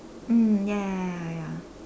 mm ya ya ya ya ya ya